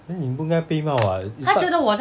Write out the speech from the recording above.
then 你不应该被骂 [what] it's not